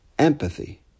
empathy